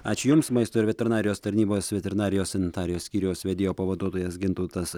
ačiū jums maisto ir veterinarijos tarnybos veterinarijos sanitarijos skyriaus vedėjo pavaduotojas gintautas